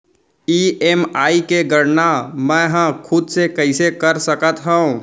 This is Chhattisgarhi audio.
ई.एम.आई के गड़ना मैं हा खुद से कइसे कर सकत हव?